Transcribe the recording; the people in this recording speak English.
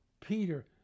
Peter